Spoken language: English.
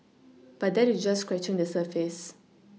but that is just scratching the surface